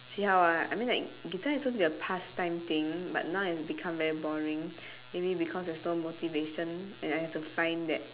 see how ah I mean like guitar is supposed to be a pastime thing but now it's become very boring maybe because there's no motivation and I have to find that